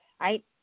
right